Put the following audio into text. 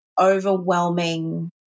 overwhelming